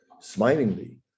Smilingly